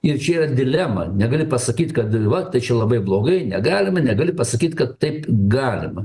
ir čia yra dilema negali pasakyt kad va tai čia labai blogai negalima negali pasakyt kad taip galima